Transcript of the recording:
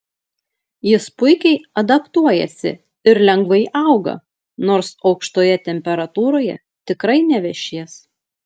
jis puikiai adaptuojasi ir lengvai auga nors aukštoje temperatūroje tikrai nevešės